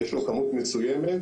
יש לו כמות מסוימת,